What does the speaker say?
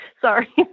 Sorry